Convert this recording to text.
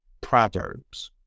Proverbs